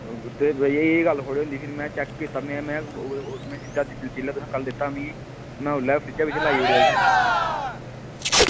ते भैया एह् गल्ल थोह्ड़े होंदी फिर में चेक कीता में में में सिद्धा दित्ता जेल्लै तुसें कल दित्ता हा मिगी में ओल्लै गै फ्रिज बिच लाई ओड़ेआ उसी